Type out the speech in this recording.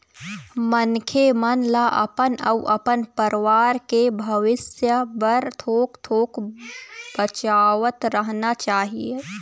मनखे मन ल अपन अउ अपन परवार के भविस्य बर थोक थोक बचावतरहना चाही